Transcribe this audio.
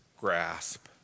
grasp